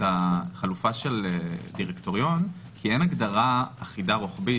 החלופה של דירקטוריון כי אין הגדרה אחידה רוחבית,